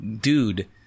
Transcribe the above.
dude